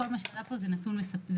מכל מה שנאמר פה, זה לא נתון מספק.